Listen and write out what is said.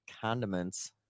condiments